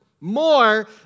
more